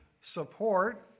support